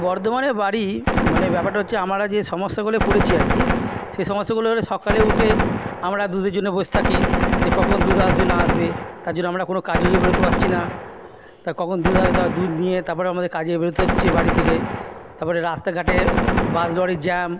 বর্ধমানে বাড়ি মানে ব্যাপারটা হচ্ছে আমরা যে সমস্যা হলে পড়েছি আর কি সেই সমস্যাগুলো হলো সকালে উঠে আমরা দুধের জন্য বসে থাকি যে কখন দুধ আসবে না আসবে তার জন্য আমরা কোনো কাজে বেরোতে পারছি না তা কখন দুধ আসবে তা দুধ নিয়ে তারপরে আমাদের কাজে বেরোতে হচ্ছে বাড়ি থেকে তারপরে রাস্তাঘাটে বাস লরির জ্যাম